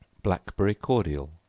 blackberry cordial.